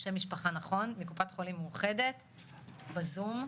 קלטניק, מקופת חולים מאוחדת בזום.